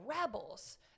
rebels